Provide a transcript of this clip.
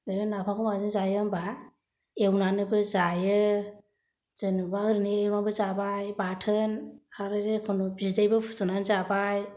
बिदिनो नाफामखौ माजों जायो होनब्ला एवनानैबो जायो जेनेबा ओरैनो एवनानैबो जाबाय बाथोन आरो जिखुनु बिदै फुदुंनानैबो जाबाय